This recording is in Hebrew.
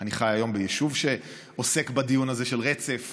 אני חי היום ביישוב שעוסק בדיון הזה של רצף,